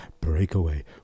Breakaway